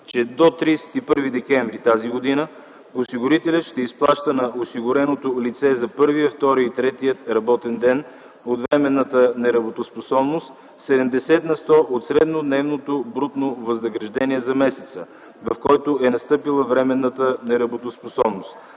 че до 31 декември т.г. осигурителят ще изплаща на осигуреното лице за първия, втория и третия работен ден от временната неработоспособност 70% от среднодневното брутно възнаграждение за месеца, в който е настъпила временната неработоспособност,